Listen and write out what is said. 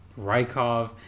Rykov